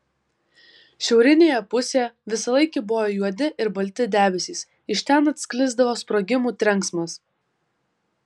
šiaurinėje pusėje visąlaik kybojo juodi ir balti debesys iš ten atsklisdavo sprogimų trenksmas